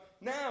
now